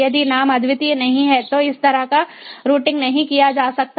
यदि नाम अद्वितीय नहीं है तो इस तरह का रूटिंग नहीं किया जा सकता है